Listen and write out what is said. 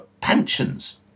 pensions